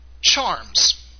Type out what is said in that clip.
charms